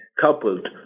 coupled